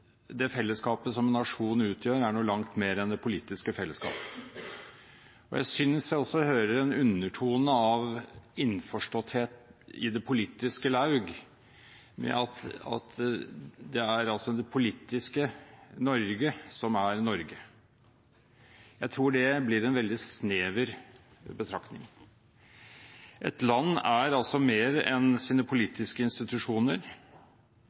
det fellesskapet som en nasjon utgjør, er noe langt mer enn det politiske fellesskapet. Jeg synes også jeg hører en undertone om at man i det politiske laug er innforstått med at det er det politiske Norge som er Norge. Jeg tror det blir en veldig snever betraktning. Et land er mer enn sine politiske institusjoner, men der det skal utøves makt, skal det være politiske institusjoner